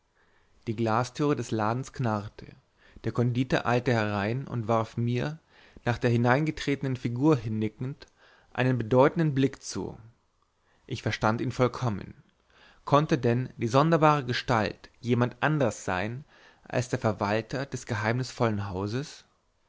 die glastüre des ladens knarrte der konditor eilte hinein und warf mir nach der hineingetretenen figur hinnickend einen bedeutenden blick zu ich verstand ihn vollkommen konnte denn die sonderbare gestalt jemand anders sein als der verwalter des geheimnisvollen hauses